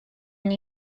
new